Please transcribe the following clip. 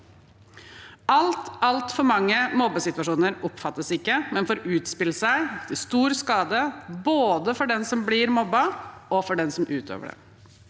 Altfor mange mobbesituasjoner oppfattes ikke, men får utspille seg til stor skade både for den som blir mobbet, og for den som utøver det.